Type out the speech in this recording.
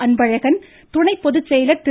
அன்பழகன் துணை பொதுசெயலர் திரு